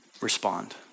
respond